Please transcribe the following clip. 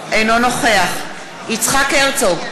אינו נוכח יצחק הרצוג,